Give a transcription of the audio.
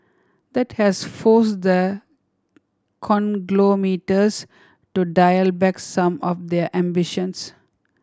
that has forced the conglomerates to dial back some of their ambitions